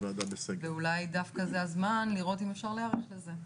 ואולי דווקא זה הזמן לראות אם אפשר להיערך לזה.